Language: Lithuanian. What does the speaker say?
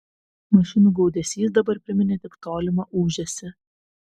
mašinų gaudesys dabar priminė tik tolimą ūžesį